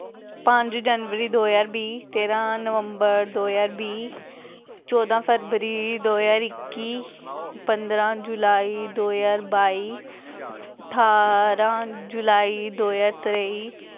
पंज जनबरी दो ज्हार बीह् तेरां नवंबर दो ज्हार बीह् चौदां फरबरी दो ज्हार इक्की पंदरां जुलाई दो ज्हार बाई ठारां जुलाई दो ज्हार त्रेई